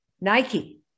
Nike